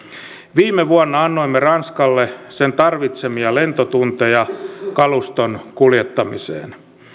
viime vuonna annoimme ranskalle sen tarvitsemia lentotunteja kaluston kuljettamiseen